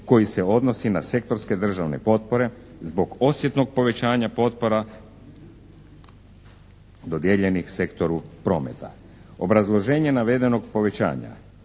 koji se odnosi na sektorske državne potpore zbog osjetnog povećanja potpora dodijeljenih sektoru prometa. Obrazloženje navedenog povećanja,